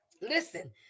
listen